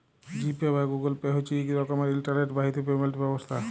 জি pay বা Google pay হছে ইক রকমের ইলটারলেট বাহিত পেমেল্ট ব্যবস্থা